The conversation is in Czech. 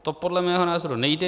To podle mého názoru nejde.